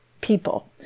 people